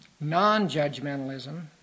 non-judgmentalism